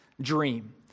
dream